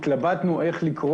שי.